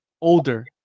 older